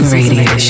Radio